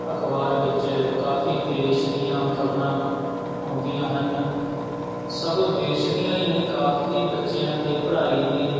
ਅਖ਼ਬਾਰ ਵਿੱਚ ਕਾਫ਼ੀ ਦੇਸ਼ ਦੀਆਂ ਖ਼ਬਰਾਂ ਆਉਂਦੀਆਂ ਹਨ ਸਗੋਂ ਦੇਸ਼ ਦੀਆਂ ਹੀ ਨਹੀਂ ਕਾਫ਼ੀ ਬੱਚਿਆਂ ਦੇ ਪੜ੍ਹਾਈ ਦੀ